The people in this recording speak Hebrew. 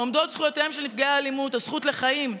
עומדות זכויותיהם של נפגעי האלימות: הזכות לחיים,